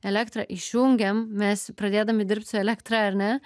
elektrą išjungiam mes pradėdami dirbti su elektra ar ne